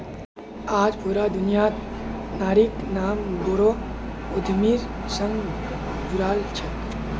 आज पूरा दुनियात नारिर नाम बोरो उद्यमिर संग जुराल छेक